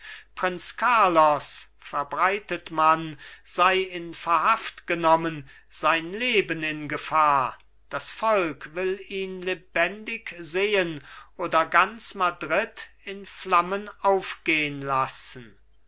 prinz carlos verbreitet man sei in verhaft genommen sein leben in gefahr das volk will ihn lebendig sehen oder ganz madrid in flammen aufgehn lassen